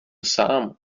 sám